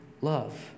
love